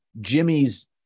Jimmy's